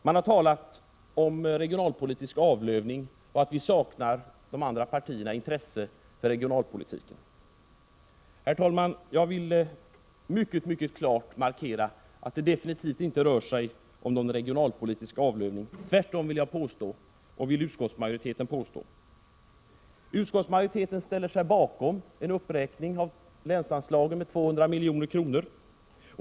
Man har talat om regionalpolitisk avlövning och att de andra partierna saknar intresse för regionalpolitiken. Herr talman! Jag vill mycket klart markera att det definitivt inte rör sig om någon regionalpolitisk avlövning. Tvärtom, vill jag påstå, och det vill även utskottsmajoriteten påstå. Utskottsmajoriteten ställer sig bakom en uppräkning av länsanslaget med 200 milj.kr.